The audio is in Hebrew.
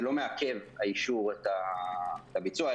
זה לא מאפשר האישור את הביצוע,